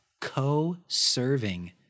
co-serving